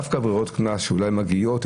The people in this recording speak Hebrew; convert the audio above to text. דווקא ברירות הקנס שאולי מגיעות,